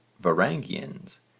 Varangians